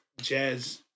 jazz